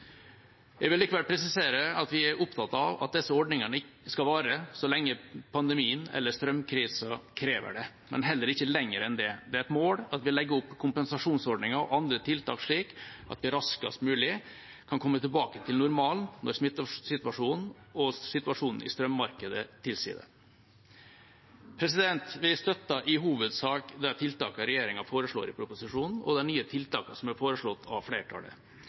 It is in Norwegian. Jeg vil likevel presisere at vi er opptatt av at disse ordningene skal vare så lenge pandemien eller strømkrisa krever det, men heller ikke lenger enn det. Det er et mål at vi legger opp kompensasjonsordningene og andre tiltak slik at vi raskest mulig kan komme tilbake til normalen når smittesituasjonen og situasjonen i strømmarkedet tilsier det. Vi støtter i hovedsak de tiltakene regjeringa foreslår i proposisjonen, og de nye tiltakene som er foreslått av flertallet.